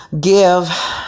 give